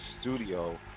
studio